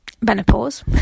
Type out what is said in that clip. menopause